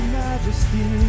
majesty